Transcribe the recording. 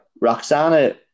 Roxana